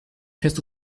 fährst